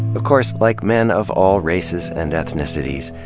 of course, like men of all races and ethnicities,